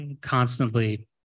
constantly